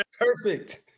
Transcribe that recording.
Perfect